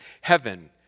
heaven